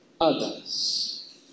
others